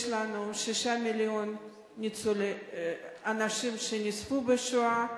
יש לנו שישה מיליון אנשים שנספו בשואה,